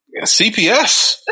CPS